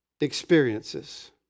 experiences